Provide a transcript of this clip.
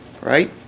Right